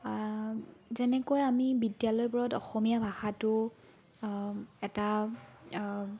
যেনেকৈ আমি বিদ্যালয়বোৰত অসমীয়া ভাষাটো এটা